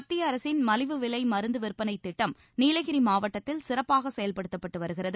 மத்திய அரசின் மலிவு விலை மருந்து விற்பனை திட்டம் நீலகிரி மாவட்டத்தில் சிறப்பாக செயல்படுத்தப்பட்டு வருகிறது